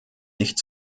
nicht